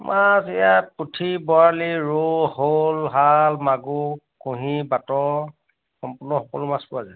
মাছ ইয়াত পুঠি বৰালি ৰৌ শ'ল শাল মাগুৰ কুঁহি বাট সম্পূৰ্ণ সকলো মাছ পোৱা যায়